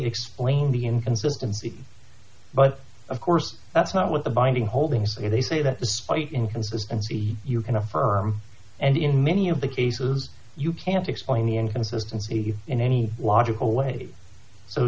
explain the inconsistency but of course that's not what the binding holding say they say that despite inconsistency you can affirm and in many of the cases you can't explain the inconsistency in any logical way so